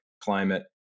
climate